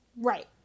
Right